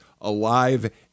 alive